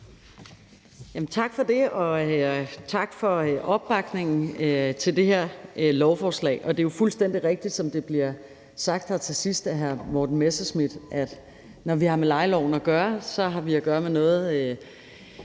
Tak for det, og tak for opbakningen til det her lovforslag. Det er jo fuldstændig rigtigt, som det bliver sagt her til sidst af hr. Morten Messerschmidt, at når vi har med lejeloven at gøre, har vi at gøre med noget,